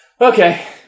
Okay